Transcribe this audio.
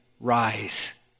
rise